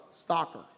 stalker